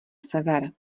sever